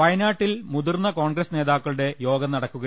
വയ നാട്ടിൽ മുതിർന്ന കോൺഗ്രസ് നേതാക്കളുടെ യോഗം ചേർന്നു